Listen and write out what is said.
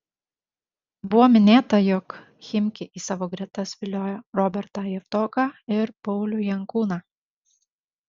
buvo minėta jog chimki į savo gretas vilioja robertą javtoką ir paulių jankūną